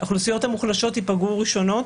האוכלוסיות המוחלשות ייפגעו ראשונות,